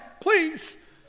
please